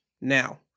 Now